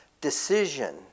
Decision